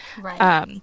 Right